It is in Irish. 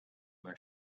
mar